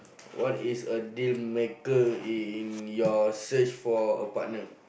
what is a dealmaker in your search for a partner